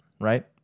right